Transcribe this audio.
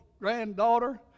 granddaughter